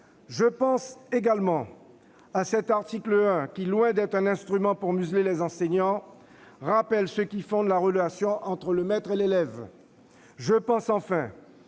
Je pense également à l'article 1, qui, loin d'être un instrument pour museler les enseignants, rappelle ce qui fonde la relation entre le maître et l'élève.